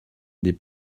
des